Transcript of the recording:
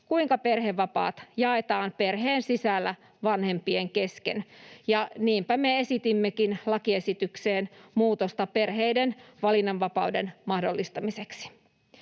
kuinka perhevapaat jaetaan perheen sisällä vanhempien kesken, ja niinpä me esitimmekin lakiesitykseen muutosta perheiden valinnanvapauden mahdollistamiseksi.